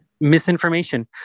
misinformation